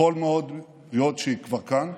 יכול מאוד להיות שהיא כבר כאן.